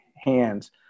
hands